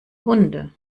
hunde